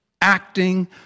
acting